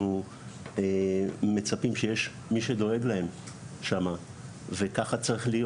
אנחנו מצפים שיש מי שדואג להם שם וככה צריך להיות.